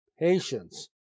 patience